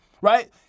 right